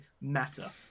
matter